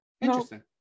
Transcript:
Interesting